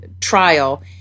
trial